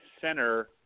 center